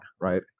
right